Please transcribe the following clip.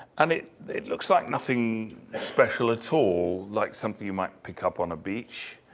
and it it looks like nothing special at all, like something you might pick up on a beach.